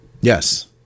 Yes